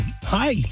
hi